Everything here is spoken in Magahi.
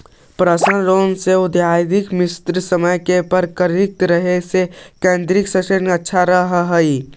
पर्सनल लोन के अदायगी निश्चित समय पर करित रहे से क्रेडिट स्कोर अच्छा रहऽ हइ